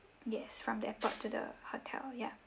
yes from the airport to the hotel ya